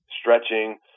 stretching